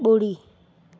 ॿुड़ी